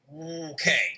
Okay